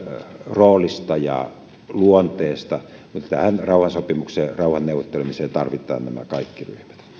roolista ja luonteesta mutta tähän rauhansopimukseen ja rauhan neuvottelemiseen tarvitaan nämä kaikki